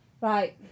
Right